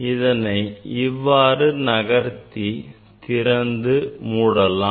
இதனை இவ்வாறு நகர்த்தி திறந்து மூடலாம்